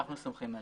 אנחנו סומכים עליה.